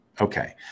Okay